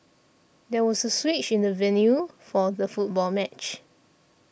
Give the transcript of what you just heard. there was a switch in the venue for the football match